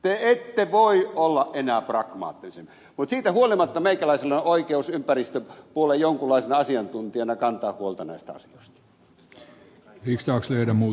te ette voi olla enää pragmaattisempia mutta siitä huolimatta meikäläisellä on oikeus ympäristöpuolen jonkunlaisena asiantuntijana kantaa huolta näistä asioista